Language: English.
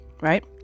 right